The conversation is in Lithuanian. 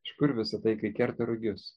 iš kur visa tai kai kerta rugius